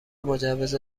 مجوز